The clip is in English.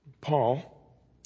Paul